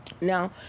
Now